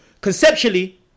conceptually